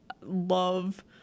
love